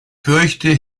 fürchte